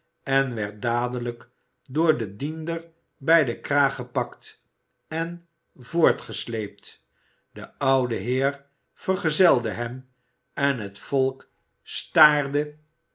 en werd dadelijk door den diender bij den kraag gepakt en voortgesleept de oude heer vergezelde hem en het volk